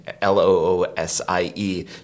L-O-O-S-I-E